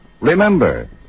Remember